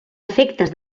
efectes